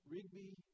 Rigby